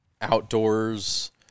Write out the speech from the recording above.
outdoors